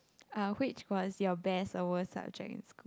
uh which was your best or worst subject in school